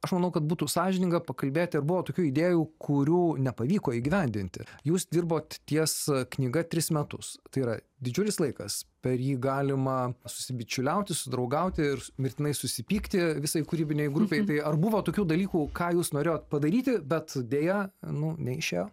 aš manau kad būtų sąžininga pakalbėti ar buvo tokių idėjų kurių nepavyko įgyvendinti jūs dirbot ties knyga tris metus tai yra didžiulis laikas per jį galima susibičiuliauti susidraugauti ir mirtinai susipykti visai kūrybinei grupeitai ar buvo tokių dalykų ką jūs norėjot padaryti bet deja nu neišėjo